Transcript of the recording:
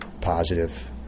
positive